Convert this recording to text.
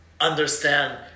understand